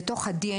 לתוך הדי.